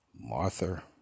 Martha